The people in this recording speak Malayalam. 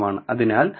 അതിനാൽ 0